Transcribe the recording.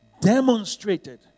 demonstrated